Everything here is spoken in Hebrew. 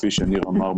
כפי שניר שפר אמר,